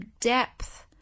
depth